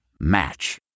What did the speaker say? Match